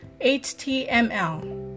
html